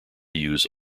use